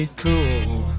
cool